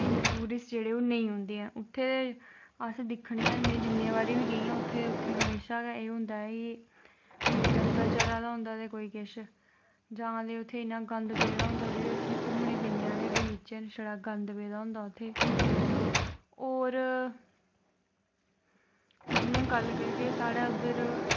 इन्ने टूरिस्ट जेह्के नेीं औंदे हैन उत्थें अस दिक्खने आं में जिन्ने बारी बी गेई आं उत्थें एह् होंदा ऐ कि कोई डंगर चरा दा होंदा ते कोई किश जां ते उत्थें इन्ना गंद पेदा होंदां जेह्ड़े उत्थें घूमनें फ्रनें आह्ले बगाचे न शड़ा गंद पेदा होंदा उत्थें होर जियां गल्ल करचै साढ़ै उद्धऱ